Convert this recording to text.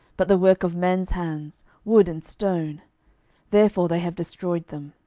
but the work of men's hands, wood and stone therefore they have destroyed them.